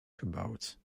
gebouwd